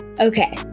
Okay